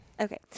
Okay